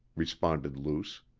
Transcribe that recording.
responded luce.